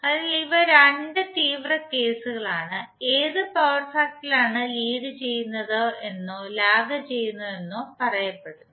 അതിനാൽ ഇവ 2 തീവ്ര കേസുകളാണ് ഏത് പവർ ഫാക്ടറാണ് ലീഡ് ചെയുന്നത് എന്നോ ലാഗ് ചെയുന്നത് എന്നോ പറയപ്പെടുന്നു